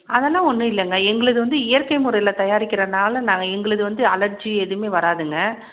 அதெல்லாம் ஒன்றும் இல்லைங்க எங்களுது வந்து இயற்கை முறையில் தயாரிக்கிறனால நாங்கள் எங்களுது வந்து அலர்ஜி எதுவுமே வராதுங்க